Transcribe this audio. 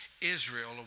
Israel